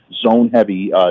zone-heavy